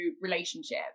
relationship